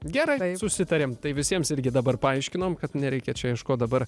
gerai susitarėm tai visiems irgi dabar paaiškinom kad nereikia čia ieškot dabar